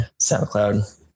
SoundCloud